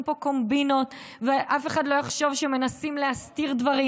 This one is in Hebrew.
פה קומבינות ואף אחד לא יחשוב שמנסים להסתיר דברים.